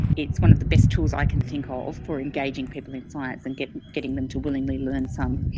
it's one of the best tools i can think ah of for engaging people in science and getting getting them to willingly learn some.